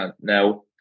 now